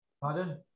Pardon